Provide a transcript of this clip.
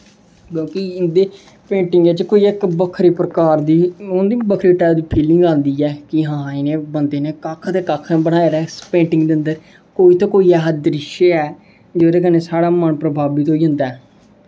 क्योंकि इं'दी पेंटिंगें च कोई इक बक्खरी प्रकार दी ओह् होंदी बक्खरी टाइप दी फीलिंग आंदी ऐ कि हां इ'नें बंदे ने कक्ख ना कक्ख बनाए दा ऐ पेंटिंग दे अन्दर कोई ते कोई ऐसा द्रिश्श ऐ जेह्दे कन्नै साढ़ा मन प्रभावित होई जंदा ऐ